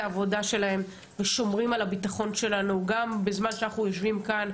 העבודה שלהם ושומרים על הביטחון שלנו גם בזמן שאנחנו יושבים כאן,